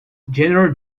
general